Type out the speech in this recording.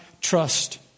trust